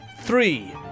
three